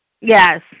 Yes